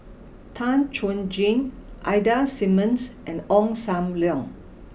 Tan Chuan Jin Ida Simmons and Ong Sam Leong